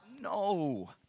no